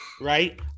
Right